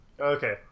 Okay